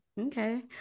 Okay